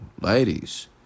ladies